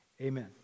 Amen